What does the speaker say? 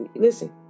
listen